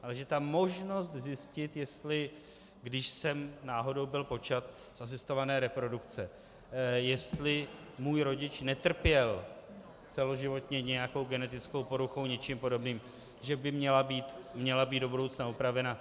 Ale že možnost zjistit, jestli když jsem náhodou byl počat z asistované reprodukce, jestli můj rodič netrpěl celoživotně nějakou genetickou poruchou, něčím podobným, by měla být do budoucna upravena.